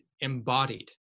embodied